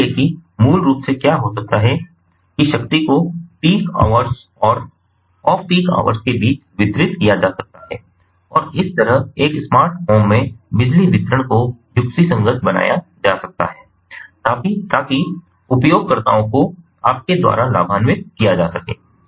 और इसलिए कि मूल रूप से क्या हो सकता है कि शक्ति को पीक आवर्स और ऑफ पीक आवर्स के बीच वितरित किया जा सकता है और इस तरह एक स्मार्ट होम में बिजली वितरण को युक्तिसंगत बनाया जा सकता है ताकि उपयोगकर्ताओं को आपके द्वारा लाभान्वित किया जा सके